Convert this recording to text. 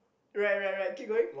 right right right keep going